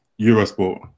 Eurosport